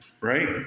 right